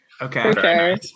Okay